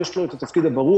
יש לו את התפקיד הברור,